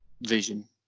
vision